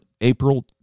April